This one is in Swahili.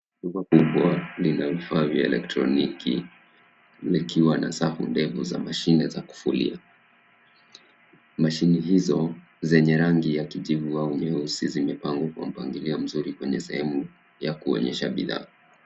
Duka kubwa lina vifaa vya elektroniki likiwa na safu ndefu za mashine za kufulia. Mashine hizo zenye rangi ya kijivu au nyeusi zimepangwa kwa mpangilio mzuri kwenye sehemu ya kuonyeshea bidhaa.